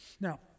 Now